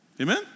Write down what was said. Amen